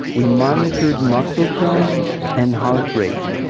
we monitored muscle tone and heart rate.